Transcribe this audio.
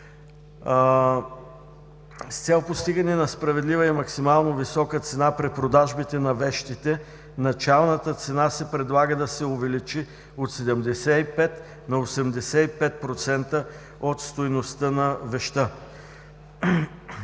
С цел постигане на справедлива и максимално висока цена при продажбите на вещите началната цена се предлага да се увеличи от 75 на 85% от стойността на веща.